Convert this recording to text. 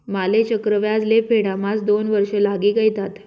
माले चक्रव्याज ले फेडाम्हास दोन वर्ष लागी गयथात